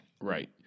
Right